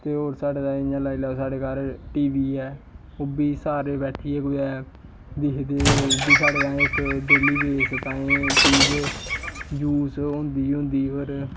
ते होर साढ़े ताईं इ'यां लाई लैओ साढ़े घर टी वी ऐ ओह् बी सारे बैठियै कुदै दिखदे ओह् बी साढ़े ताईं इक डेली बेस ताईं चीज यूज़ होंदी गै होंदी होर